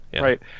right